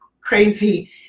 crazy